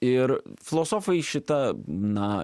ir filosofai šitą na